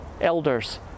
elders